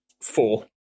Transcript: four